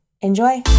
enjoy